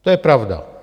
To je pravda.